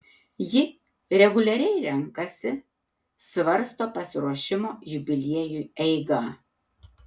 ji reguliariai renkasi svarsto pasiruošimo jubiliejui eigą